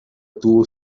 tuvo